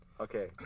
Okay